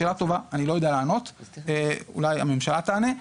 שאלה טובה, אני לא יודע לענות, אולי הממשלה תענה.